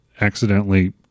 accidentally